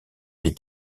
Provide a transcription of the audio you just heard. des